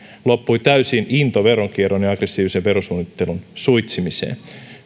loppui täysin into veronkierron ja aggressiivisen verosuunnittelun suitsimiseen